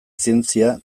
zientzia